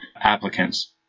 applicants